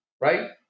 right